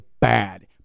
bad